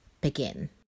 begin